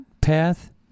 path